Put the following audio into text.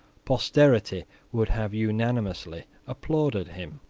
posterity would have unanimously applauded him.